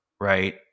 right